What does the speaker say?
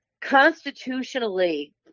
constitutionally